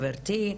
גבירתי.